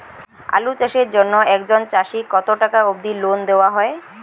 আলু চাষের জন্য একজন চাষীক কতো টাকা অব্দি লোন দেওয়া হয়?